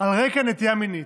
על רקע נטייה מינית.